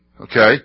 Okay